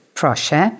proszę